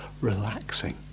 relaxing